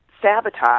Sabotage